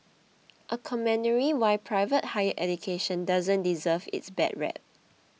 a commentary why private higher education doesn't deserve its bad rep